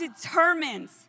determines